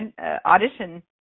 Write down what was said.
audition